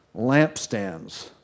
lampstands